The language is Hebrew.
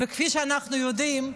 כפי שאנחנו יודעים,